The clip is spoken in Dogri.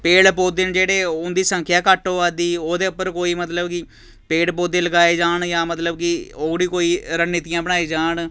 पेड़ पौधे न जेह्ड़े उं'दी संख्या घट्ट होआ दी ओह्दे उप्पर कोई मतलब कि पेड़ पौधे लगाए जान जां मतलब कि ओह्कड़ी कोई रणनीतियां बनाई जान